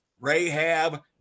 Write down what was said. rahab